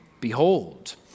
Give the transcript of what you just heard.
Behold